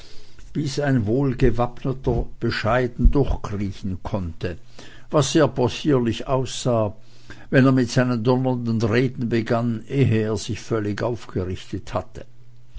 bis ein wohlgewappneter bescheiden durchkriechen konnte was sehr possierlich aussah wenn er mit seinen donnernden reden begann ehe er sich völlig aufgerichtet hatte